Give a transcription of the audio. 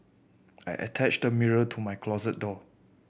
I attached a mirror to my closet door